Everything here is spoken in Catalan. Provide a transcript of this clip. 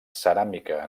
ceràmica